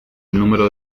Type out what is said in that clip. número